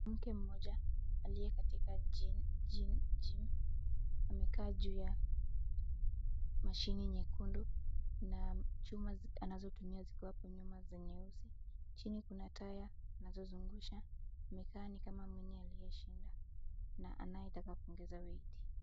Mwanamke mmoja aliyekatika gym amekaa juu ya mashine nyekundu na chuma anazotumia ziko hapo nyuma za nyeusi. Chini kuna taya anazozungusha amekaa ni kama mwenye aliyeshinda na anayetaka kuongeza weight .